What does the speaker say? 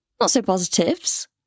not-so-positives